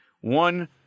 One